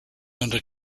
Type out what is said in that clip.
under